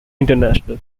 international